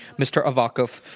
mr. avakov,